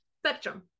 spectrum